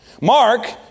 Mark